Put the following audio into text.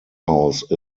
house